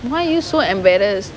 why you so embarrassed